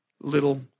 little